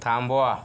थांबवा